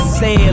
say